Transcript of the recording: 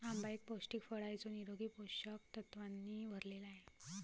आंबा एक पौष्टिक फळ आहे जो निरोगी पोषक तत्वांनी भरलेला आहे